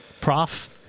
prof